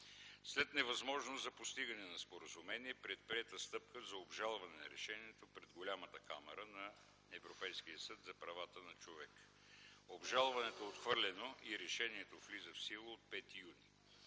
След невъзможност за постигане на споразумение е предприета стъпка за обжалване на решението пред Голямата камара на Европейския съд за правата на човека. Обжалването е отхвърлено и решението влиза в сила от 5 юни.